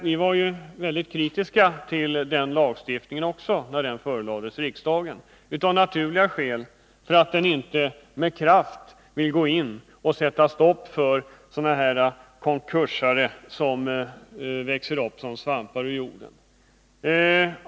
Vi var kritiska till den lagstiftningen när den förelades riksdagen, därför att vi ansåg att man inte med kraft gick in för att stoppa de ”konkursare” som växer upp som svampar ur jorden.